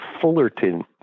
Fullerton